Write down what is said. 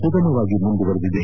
ಸುಗಮವಾಗಿ ಮುಂದುವರೆದಿದೆ